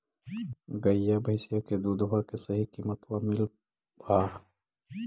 गईया भैसिया के दूधबा के सही किमतबा मिल पा?